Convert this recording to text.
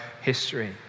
history